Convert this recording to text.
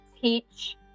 teach